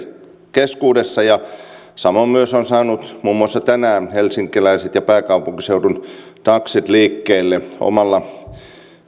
keskuudessa ja myös on saanut muun muassa tänään helsinkiläiset ja pääkaupunkiseudun taksit liikkeelle omalla